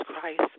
Christ